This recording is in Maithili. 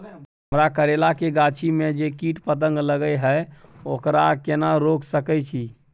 हमरा करैला के गाछी में जै कीट पतंग लगे हैं ओकरा केना रोक सके छी?